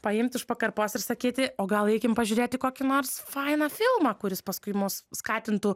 paimt už pakarpos ir sakyti o gal eikim pažiūrėti kokį nors fainą filmą kuris paskui mus skatintų